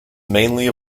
mainly